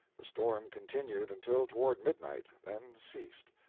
the storm continued until toward midnight, then ceased.